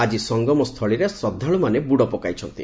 ଆଜି ସଂଗମସ୍ଥଳୀରେ ଶ୍ରଦ୍ଧାଳୁମାନେ ବୁଡ଼ ପକାଇଛନ୍ତି